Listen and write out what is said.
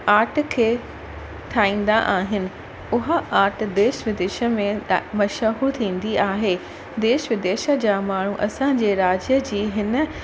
पंहिंजी आट खे ठाहींदा आहिनि उहा आट देश विदेश में डा मशहूर थींदी आहे देश विदेश जा माण्हू असांजे राज्य जी हिन